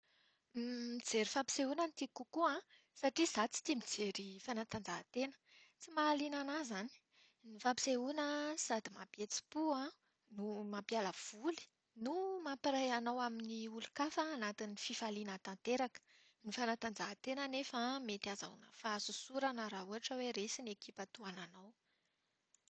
Mijery fampisehoana no tiako kokoa an, satria aho tsy tia mijery fanatanjahan-tena. Tsy mahaliana anahy izany. Ny fampisehoana sady mampihetsi-po no mampiala voly no mampiray anao amin'ny olon-kafa anatiny fifaliana tanteraka. Ny fanatanjahan-tena anefa mety hahazoana fahasosorana raha ohatra hoe resy ny ekipa tohananao.